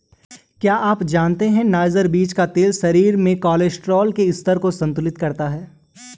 क्या आप जानते है नाइजर बीज का तेल शरीर में कोलेस्ट्रॉल के स्तर को संतुलित करता है?